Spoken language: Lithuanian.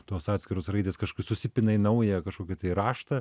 tos atskiros raidės kažkur susipina į naują kažkokį raštą